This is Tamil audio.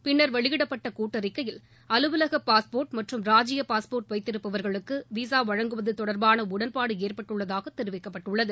பின்னர் வெளியிடப்பட்ட கூட்டறிக்கையில் அலுவலக பாஸ்போர்ட் மற்றும் ராஜிய பாஸ்போர்ட் வைத்திருப்பவர்களுக்கு விசா வழங்குவது தொடர்பான உடன்பாடு ஏற்பட்டுள்ளதாக தெரிவிக்கப்பட்டுள்ளது